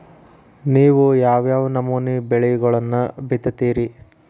ನೇವು ಯಾವ್ ಯಾವ್ ನಮೂನಿ ಬೆಳಿಗೊಳನ್ನ ಬಿತ್ತತಿರಿ?